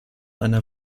einer